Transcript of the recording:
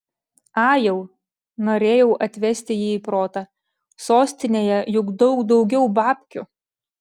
ajau norėjau atvesti jį į protą sostinėje juk daug daugiau babkių